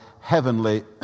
heavenly